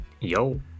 Yo